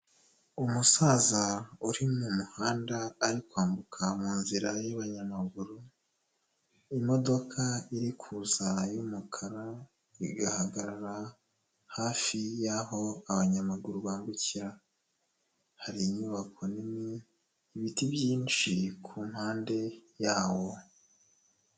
Umusaza uri mu muhanda ari kwambuka mu nzira y'abanyamaguru, imodoka iri kuza y'umukara, igahagarara hafi y'aho abanyamaguru bambukira. Hari inyubako nini, ibiti byinshi ku mpande yawo.